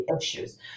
issues